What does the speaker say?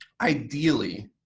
ideally,